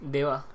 Deva